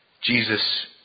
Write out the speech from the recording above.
Jesus